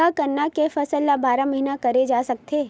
का गन्ना के फसल ल बारह महीन करे जा सकथे?